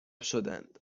شدند